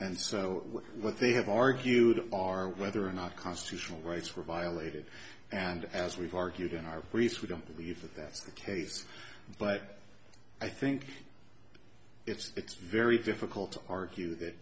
and so what they have argued are whether or not constitutional rights were violated and as we've argued in our research we don't believe that that's the case but i think it's very difficult to argue that